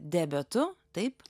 diabetu taip